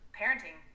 parenting